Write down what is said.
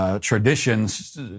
Traditions